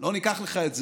לא ניקח לך את זה,